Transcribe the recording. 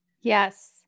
yes